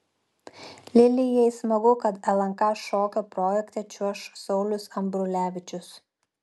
lilijai smagu kad lnk šokio projekte čiuoš saulius ambrulevičius